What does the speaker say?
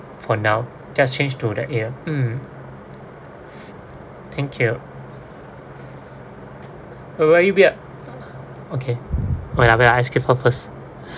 for now just change to the ear mm thank you okay wait ah wait ah I click pause first